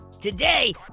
Today